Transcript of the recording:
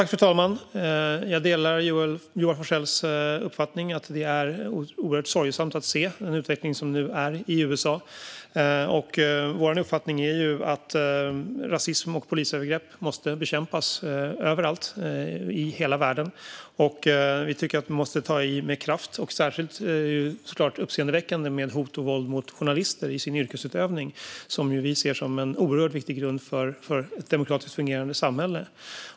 Fru talman! Jag delar Joar Forssells uppfattning att det är oerhört sorgesamt att se den utveckling som nu sker i USA. Vår uppfattning är att rasism och polisövergrepp måste bekämpas överallt i hela världen. Vi tycker att man måste ta i med kraft. Det är såklart uppseendeväckande med hot och våld mot journalister. Deras yrkesutövning ser vi som en oerhört viktig grund för ett fungerande demokratiskt samhälle.